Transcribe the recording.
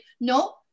no